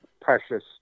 precious